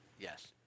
Yes